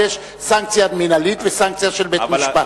אבל יש סנקציה מינהלית וסנקציה של בית-משפט.